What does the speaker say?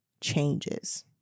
changes